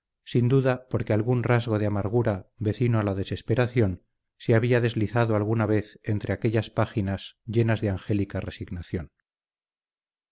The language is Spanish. sin duda porque algún rasgo de amargura vecino a la desesperación se había deslizado alguna vez entre aquellas páginas llenas de angélica resignación